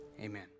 Amen